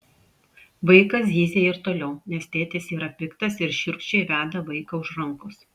vaikas zyzia ir toliau nes tėtis yra piktas ir šiurkščiai veda vaiką už rankos